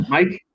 Mike